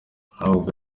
ntabwo